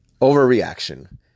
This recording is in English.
overreaction